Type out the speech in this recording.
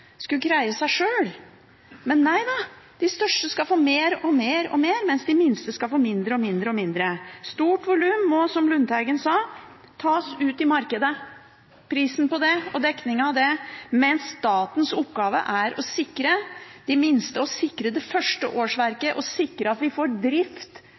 seg sjøl. Men nei da – de største skal få mer og mer og mer, mens de minste skal få mindre og mindre og mindre. Et stort volum må, som Lundteigen sa, tas ut i markedet – prisen på det og dekningen av det – mens statens oppgave er å sikre de minste, sikre det første årsverket og sikre at vi får drift